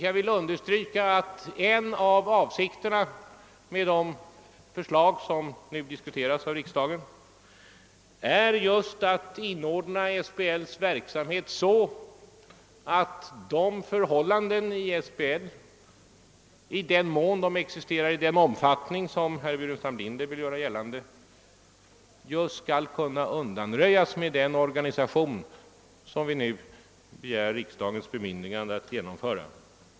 Jag vill emellertid understryka att en av avsikterna med de förslag som nu diskuteras av riksdagen är just att skapa förutsättningar för att så ordna SBL:s verksamhet, att dess potentiella möjligheter kan bättre utnyttjas än som sker för närvarande.